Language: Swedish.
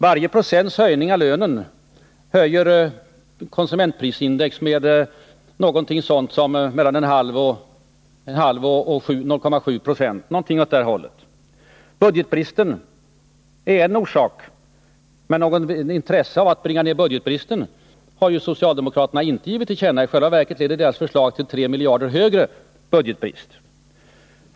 Varje procents höjning av lönen höjer konsumentprisindex med någonting mellan 0,5 och 0,7 96. Budgetbristen är ytterligare en orsak. Men något intresse av att bringa ner budgetbristen har socialdemokraterna inte givit till känna. I själva verket leder deras förslag till 3 miljarder högre budgetbrist.